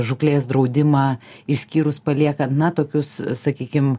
žūklės draudimą išskyrus paliekan na tokius sakykim